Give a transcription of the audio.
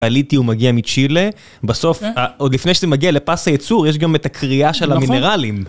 עליתי ומגיע מצ'ילה, בסוף, עוד לפני שזה מגיע לפס היצור יש גם את הקריאה של המינרלים.